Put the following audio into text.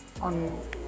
on